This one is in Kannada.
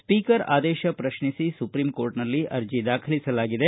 ಸ್ಪೀಕರ್ ಆದೇಶ ಪ್ರತ್ನಿಸಿ ಸುಪ್ರೀಂ ಕೋರ್ಟ್ನಲ್ಲಿ ಅರ್ಜಿ ದಾಖಲಿಸಲಾಗಿದೆ